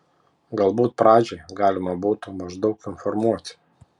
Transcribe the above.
galbūt pradžiai galima būtų maždaug informuoti